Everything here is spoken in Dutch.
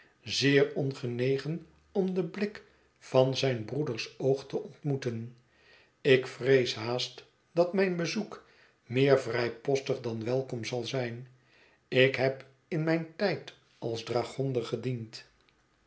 zeer ongenegen om den blik van zijn broeders oog te ontmoeten ik vrees haast dat mijn bezoek meer vrijpostig dan welkom zal zijn ik heb in mijn tijd als dragonder gediend